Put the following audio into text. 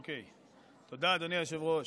תודה, אדוני היושב-ראש.